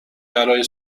برای